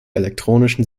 elektronischen